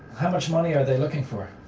how much money are they looking for?